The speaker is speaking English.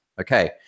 Okay